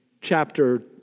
chapter